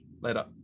Later